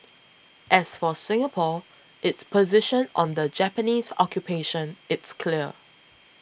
as for Singapore its position on the Japanese occupation is clear